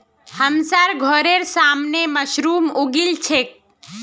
हमसार घरेर सामने मशरूम उगील छेक